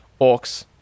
orcs